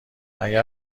اگر